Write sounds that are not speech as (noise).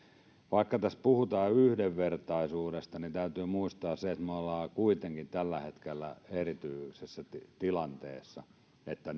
vaikka tässä puhutaan yhdenvertaisuudesta täytyy muistaa se että me olemme tällä hetkellä erityisessä tilanteessa että (unintelligible)